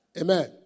Amen